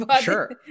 Sure